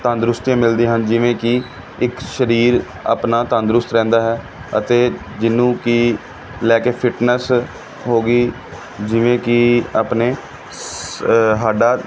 ਤੰਦਰੁਸਤੀਆਂ ਮਿਲਦੀਆਂ ਹਨ ਜਿਵੇਂ ਕਿ ਇੱਕ ਸਰੀਰ ਆਪਣਾ ਤੰਦਰੁਸਤ ਰਹਿੰਦਾ ਹੈ ਅਤੇ ਜਿਸ ਨੂੰ ਕਿ ਲੈ ਕੇ ਫਿੱਟਨੈਸ ਹੋ ਗਈ ਜਿਵੇਂ ਕਿ ਆਪਣੇ ਸ ਸਾਡਾ